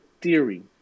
theory